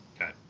Okay